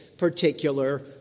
particular